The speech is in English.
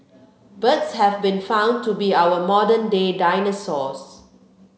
birds have been found to be our modern day dinosaurs